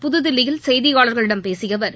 புதுதில்லியில் செய்தியாளர்களிடம் பேசிய அவர்